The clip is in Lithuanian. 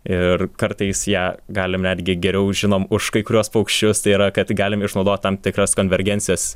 ir kartais ją galim netgi geriau žinom už kai kuriuos paukščius tai yra kad galim išnaudot tam tikras konvergencijas